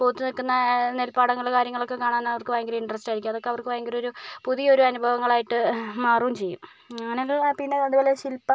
പൂത്തുനിൽക്കുന്ന നെൽപ്പാടങ്ങൾ കാര്യങ്ങളൊക്കെ കാണാൻ അവർക്ക് ഭയങ്കര ഇൻറെറസ്റ്റ് ആയിരിക്കും അതൊക്കെ അവർക്ക് ഭയങ്കര ഒരു പുതിയ ഒരു അനുഭവങ്ങളായിട്ട് മാറും ചെയ്യും അങ്ങനെ പിന്നെ അതുപോലെ ശിൽപ്പ